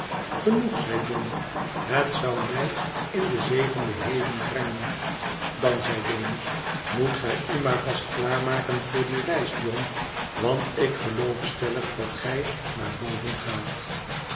genoeg zei john het zou mij in den zevenden hemel brengen dan zeidemus moet gij u maar vast klaarmaken voor die reis john want ik geloof steuig dat gij naar boven gaat